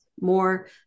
more